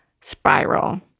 spiral